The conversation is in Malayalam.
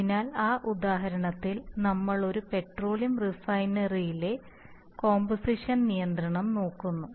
അതിനാൽ ആ ഉദാഹരണത്തിൽ നമ്മൾ ഒരു പെട്രോളിയം റിഫൈനറിയിലെ കോമ്പോസിഷൻ നിയന്ത്രണം നോക്കുന്നു